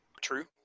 True